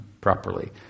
properly